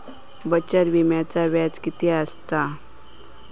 बचत विम्याचा व्याज किती असता?